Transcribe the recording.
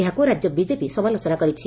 ଏହାକୁ ରାଜ୍ୟ ବିଜେପି ସମାଲୋଚନା କରିଛି